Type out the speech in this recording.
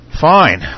Fine